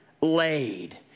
laid